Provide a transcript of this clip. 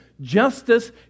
justice